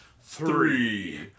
three